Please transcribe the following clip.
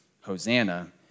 Hosanna